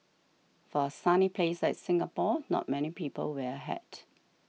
for a sunny place like Singapore not many people wear a hat